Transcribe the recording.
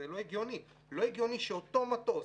לא הגיוני שאותו מטוס